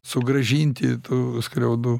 sugrąžinti tų skriaudų